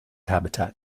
habitat